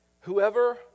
whoever